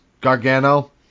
Gargano